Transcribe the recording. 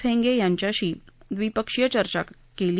फिंगे यांच्याशी ड्रिपक्षीय चर्चा क्ली